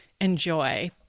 enjoy